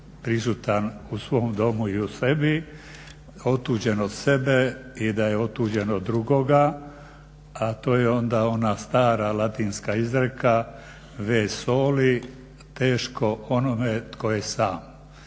prisutan u svom domu i u sebi, otuđen od sebe i da je otuđen od drugoga a to je onda ona stara latinska izreka vae soli teško onome tko je sam.